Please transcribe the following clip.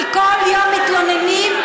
כי כל יום מתלוננים.